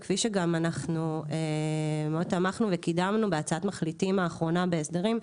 וכפי שגם תמכנו וקידמנו בהצעת המחליטים האחרונה בחוק ההסדרים,